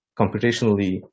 computationally